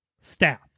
staff